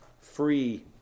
free